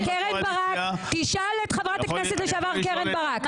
בקואליציה --- תשאל את חברת הכנסת לשעבר קרן ברק,